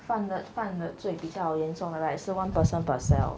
犯的犯的罪比较严重的 right 是 one person per cell